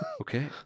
Okay